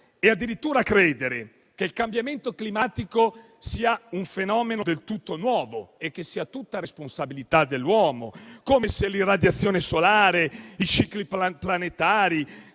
e addirittura credere che il cambiamento climatico sia un fenomeno del tutto nuovo e che sia tutta responsabilità dell'uomo, come se l'irradiazione solare, i cicli planetari